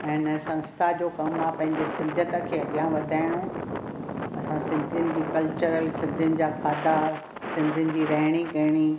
ऐं हिन संस्था जो कमु आ पंहिंजी सिंधियत खे अॻियां वधाइणो असां सिंधिनि जी कल्चरल सिंधिनि जा खाधा सिंधिनि जी रहिणी कहिणी